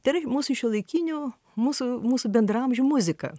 tai yra mūsų šiuolaikinių mūsų mūsų bendraamžių muzika